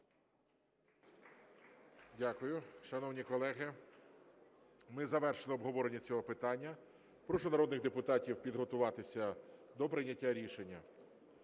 Дякую. Шановні колеги, ми завершили обговорення цього питання. Прошу народних депутатів підготуватися до прийняття рішення.